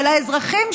של האזרחים,